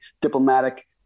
diplomatic